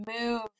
move